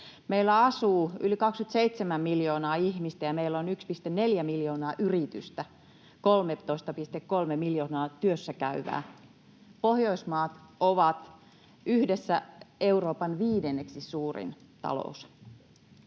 Meillä asuu yli 27 miljoonaa ihmistä, ja meillä on 1,4 miljoonaa yritystä, 13,3 miljoonaa työssä käyvää. Pohjoismaat ovat yhdessä Euroopan viidenneksi suurin talous.